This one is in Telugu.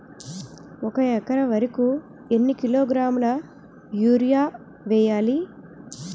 ఒక ఎకర వరి కు ఎన్ని కిలోగ్రాముల యూరియా వెయ్యాలి?